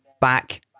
back